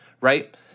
right